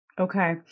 Okay